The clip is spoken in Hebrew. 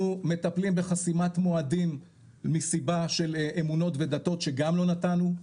אנחנו מטפלים בחסימת מועדים מסיבה של אמונות ודתות שגם לא נתנו,